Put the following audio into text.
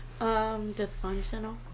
Dysfunctional